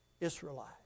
Israelite